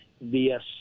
via